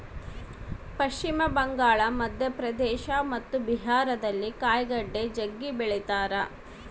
ಪಶ್ಚಿಮ ಬಂಗಾಳ, ಮಧ್ಯಪ್ರದೇಶ ಮತ್ತು ಬಿಹಾರದಲ್ಲಿ ಕಾಯಿಗಡ್ಡೆ ಜಗ್ಗಿ ಬೆಳಿತಾರ